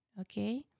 okay